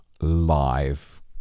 live